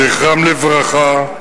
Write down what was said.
זכרם לברכה,